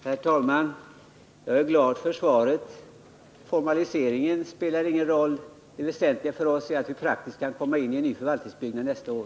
Herr talman! Jag är glad över svaret. Det formella spelar ingen roll. För oss är det väsentliga att vi kan komma in i en ny förvaltningsbyggnad nästa år.